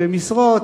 ומשרות,